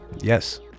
yes